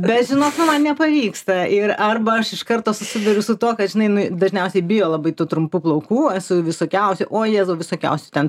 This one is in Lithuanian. bet žinok nu man nepavyksta ir arba aš iš karto susiduriu su tuo kad žinai nu dažniausiai bijo labai tų trumpų plaukų esu visokiausių o jėzau visokiausių ten